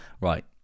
Right